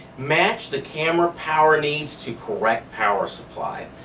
match the camera power needs to correct power supply.